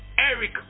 Eric